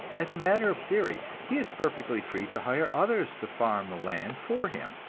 as a matter of theory, he is perfectly free to hire others to farm the land for him,